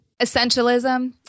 Essentialism